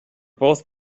both